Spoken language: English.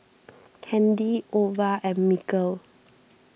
Kandy Ova and Mikel